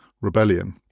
rebellion